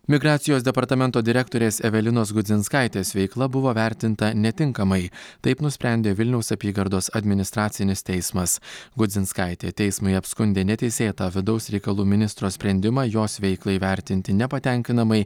migracijos departamento direktorės evelinos gudzinskaitės veikla buvo vertinta netinkamai taip nusprendė vilniaus apygardos administracinis teismas gudzinskaitė teismui apskundė neteisėtą vidaus reikalų ministro sprendimą jos veiklą įvertinti nepatenkinamai